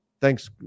Thanks